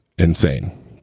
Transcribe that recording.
insane